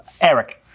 Eric